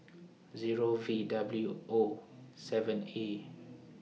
Zero V W O seven A